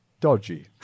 dodgy